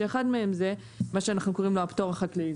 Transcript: שאחד מהם זה מה שאנחנו קוראים לו הפטור החקלאי,